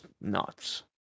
nuts